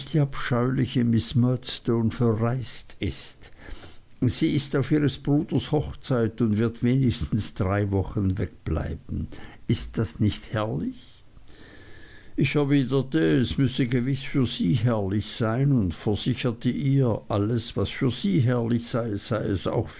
abscheuliche miß murdstone verreist ist sie ist auf ihres bruders hochzeit und wird wenigstens drei wochen wegbleiben ist das nicht herrlich ich erwiderte es müsse gewiß für sie herrlich sein und versicherte ihr alles was für sie herrlich sei sei es auch